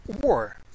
war